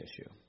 issue